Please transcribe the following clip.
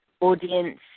Audience